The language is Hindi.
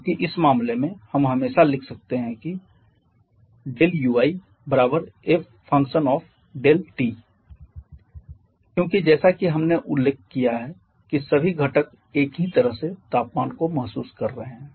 जबकि इस मामले में हम हमेशा लिख सकते हैं की uif क्योंकि जैसा कि हमने उल्लेख किया है कि सभी घटक एक ही तरह से तापमान को महसूस कर रहे हैं